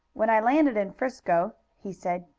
when i landed in frisco, he said,